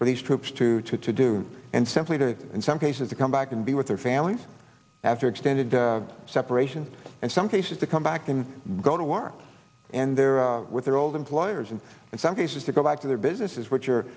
for these troops to try to do and simply to in some cases to come back and be with their families after extended separation and some cases to come back and go to war and their with their old employers and in some cases to go back to their businesses which